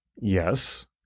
yes